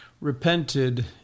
repented